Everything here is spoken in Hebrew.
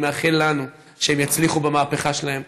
אני מאחל לנו שהם יצליחו במהפכה שלהם,